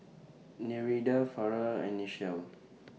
Nereida Farrah and Nichelle